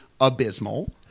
abysmal